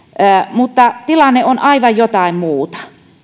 mutta tilanne on aivan jotain muuta